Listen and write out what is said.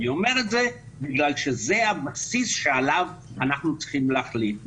אני אומר את זה בגלל שזה הבסיס שעליו אנחנו צריכים להחליט.